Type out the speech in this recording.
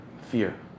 fear